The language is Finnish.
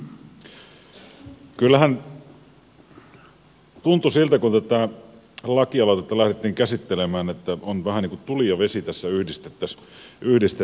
kyllähän tuntui siltä kun tätä lakialoitetta lähdettiin käsittelemään että vähän niin kuin tuli ja vesi tässä yhdistettäisiin ja näin